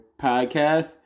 podcast